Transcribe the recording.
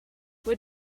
what